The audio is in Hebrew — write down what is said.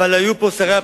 אבל היו פה שרי הפנים,